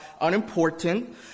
unimportant